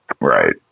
Right